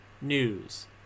news